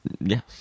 Yes